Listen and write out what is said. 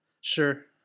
sure